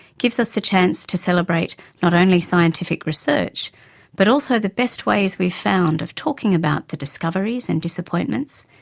gives us the chance to celebrate not only scientific research but also the best ways we've found of talking about the discoveries and disappointments,